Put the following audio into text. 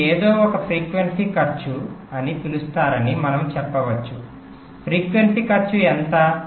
మీరు ఏదో ఒక ఫ్రీక్వెన్సీ ఖర్చు అని పిలుస్తారని మనము చెప్పవచ్చు ఫ్రీక్వెన్సీ ఖర్చు ఎంత